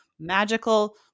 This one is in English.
magical